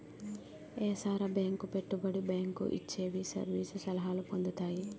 ఏసార bank పెట్టుబడి bank ఇవిచ్చే service సలహాలు పొందుతాయి